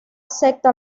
acepta